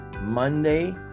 Monday